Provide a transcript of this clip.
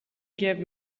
gave